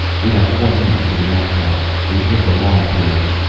we have four minutes to the next one we hit the long period!